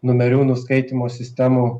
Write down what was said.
numerių nuskaitymo sistemų